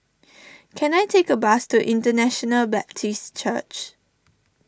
can I take a bus to International Baptist Church